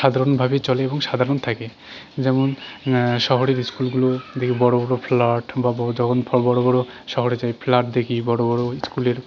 সাধারণভাবেই চলে এবং সাধারণ থাকে যেমন শহরের স্কুলগুলো দেখি বড় বড় ফ্ল্যাট বা যখন বড় বড় শহরে যাই ফ্ল্যাট দেখি বড় বড় স্কুলের